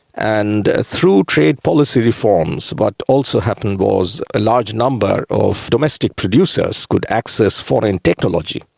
and through trade policy reforms, what also happened was a large number of domestic producers could access foreign technology.